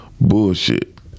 bullshit